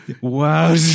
wow